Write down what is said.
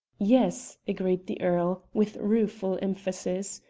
yes, agreed the earl, with rueful emphasis,